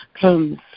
comes